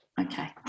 Okay